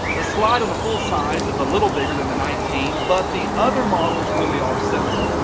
the slide on the full size is a little bigger then the nineteen but the other models really are similar.